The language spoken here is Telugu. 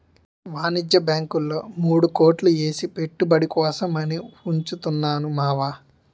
వాణిజ్య బాంకుల్లో మూడు కోట్లు ఏసి పెట్టుబడి కోసం అని ఉంచుతున్నాను మావా